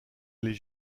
les